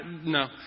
No